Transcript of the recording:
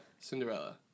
Cinderella